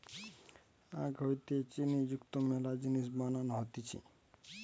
আখ হইতে চিনি যুক্ত মেলা জিনিস বানানো হতিছে